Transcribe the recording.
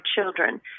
children